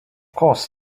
course